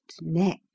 neck